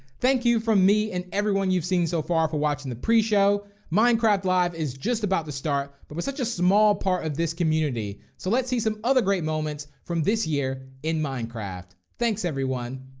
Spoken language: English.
thank you from me and everyone you've seen so far for watching the preshow. minecraft live is just about the start. but we're such a small part of this community. so let's see some other great moments from this year in minecraft. thanks, everyone.